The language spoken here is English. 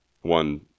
One